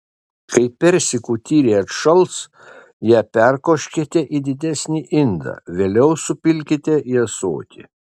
kai persikų tyrė atšals ją perkoškite į didesnį indą vėliau supilkite į ąsotį